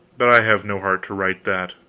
but i have no heart to write that.